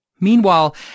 Meanwhile